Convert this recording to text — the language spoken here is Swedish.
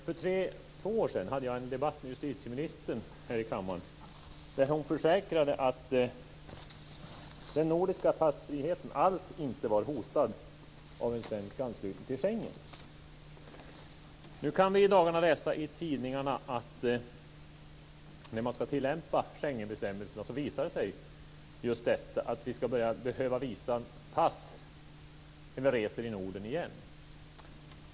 För två år sedan hade jag en debatt med justitieministern här i kammaren, där hon försäkrade att den nordiska passfriheten alls inte var hotad av en svensk anslutning till Schengen. I dagarna kan vi läsa i tidningarna att när man ska tillämpa Schengenbestämmelserna visar det sig att vi åter kommer att behöva visa pass när vi reser i Norden.